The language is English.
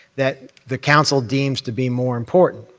that the council deems to be more important.